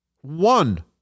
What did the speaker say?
one